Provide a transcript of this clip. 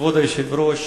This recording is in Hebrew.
כבוד היושב-ראש,